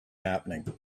happening